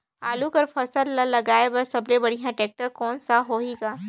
आलू कर फसल ल लगाय बर सबले बढ़िया टेक्टर कोन सा होही ग?